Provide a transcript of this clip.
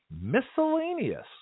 miscellaneous